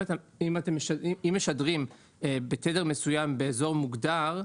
אם משדרים בתדר מסוים באזור מוגדר,